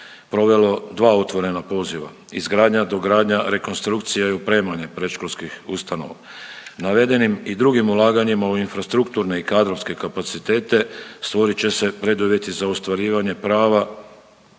provelo dva otvorena poziva, izgradnja, dogradnja, rekonstrukcija i opremanje predškolskih ustanova. Navedenim i drugim ulaganjima u infrastrukturne i kadrovske kapacitete stvorit će se preduvjeti za ostvarivanje prava